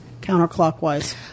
counterclockwise